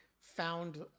found